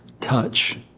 touch